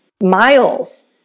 miles